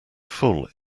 full